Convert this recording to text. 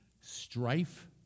strife